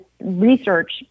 research